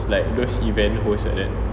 like those event hosts like that